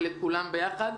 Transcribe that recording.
ולכולם ביחד.